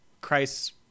Christ